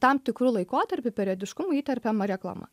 tam tikru laikotarpiu periodiškumu įterpiama reklama